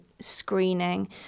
screening